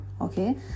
okay